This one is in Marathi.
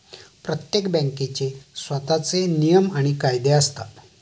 प्रत्येक बँकेचे स्वतःचे नियम आणि कायदे असतात